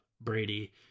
Brady